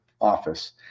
office